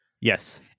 Yes